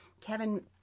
Kevin